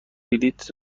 بلیط